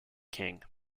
king